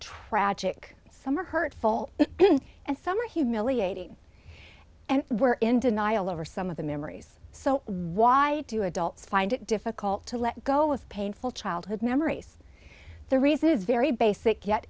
tragic some are hurtful and some are humiliating and were in denial over some of the memories so why do adults find it difficult to let go of painful childhood memories the reason is very basic yet